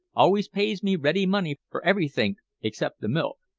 always pays me ready money for everythink, except the milk.